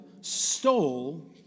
stole